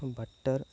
butter